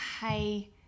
hey